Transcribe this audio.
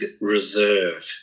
reserve